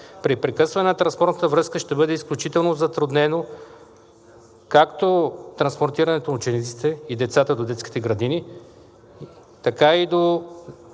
При прекъсване на транспортната връзка ще бъде изключително затруднено както транспортирането на учениците и децата до детските градини, така и ще